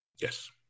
Yes